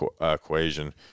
equation